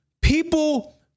People